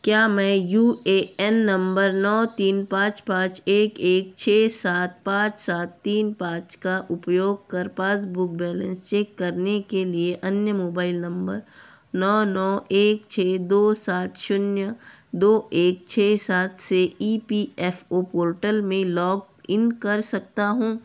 क्या मैं U A N नंबर नौ तीन पाँच पाँच एक एक छः सात पाँच सात तीन पाँच का उपयोग कर पासबुक बैलेंस चेक करने के लिए अन्य मोबाइल नंबर नौ नौ एक छः दो सात शून्य दो एक छः सात से E P F O portal में लॉग इन कर सकता हूँ